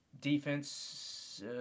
Defense